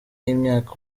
y’imyaka